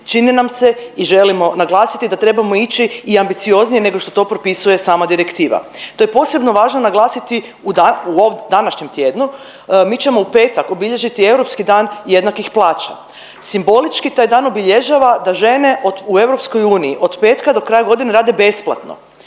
čini nam se i želimo naglasiti da trebamo ići i ambicioznije nego što to propisuje sam direktiva. To je posebno važno naglasiti u dan u ov… u današnjem tjednu. Mi ćemo u petak obilježiti Europski dan jednakih plaća. Simbolički taj dan obilježava da žene u EU od petka do kraja godine rade besplatno